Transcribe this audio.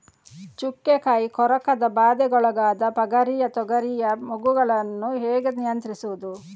ಚುಕ್ಕೆ ಕಾಯಿ ಕೊರಕದ ಬಾಧೆಗೊಳಗಾದ ಪಗರಿಯ ತೊಗರಿಯ ಮೊಗ್ಗುಗಳನ್ನು ಹೇಗೆ ನಿಯಂತ್ರಿಸುವುದು?